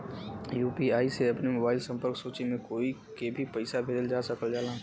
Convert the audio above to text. UPI से अपने mobile संपर्क सूची में कोई के भी पइसा भेजल जा सकल जाला